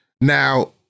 Now